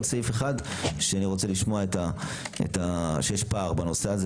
סעיף שאני רוצה לשמוע שיש פער בנושא הזה,